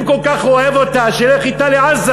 אם הוא כל כך אוהב אותה, שילך אתה לעזה.